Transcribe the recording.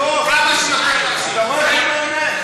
אש על כוחותינו,